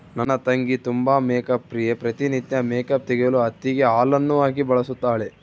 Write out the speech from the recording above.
ನನ್ನ ತಂಗಿ ತುಂಬಾ ಮೇಕ್ಅಪ್ ಪ್ರಿಯೆ, ಪ್ರತಿ ನಿತ್ಯ ಮೇಕ್ಅಪ್ ತೆಗೆಯಲು ಹತ್ತಿಗೆ ಹಾಲನ್ನು ಹಾಕಿ ಬಳಸುತ್ತಾಳೆ